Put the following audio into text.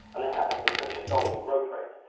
and they have had some pretty astonishing growth rates.